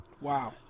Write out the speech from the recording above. Wow